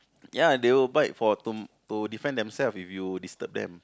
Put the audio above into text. ya they will bite for to to defend themselves if you disturb them